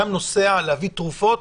כי אם אדם נוסע להביא תרופות,